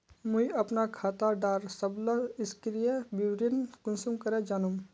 मुई अपना खाता डार सबला सक्रिय विवरण कुंसम करे जानुम?